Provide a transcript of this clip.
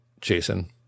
Jason